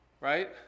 right